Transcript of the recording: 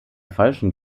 falschen